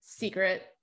secret